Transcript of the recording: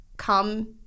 come